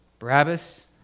Barabbas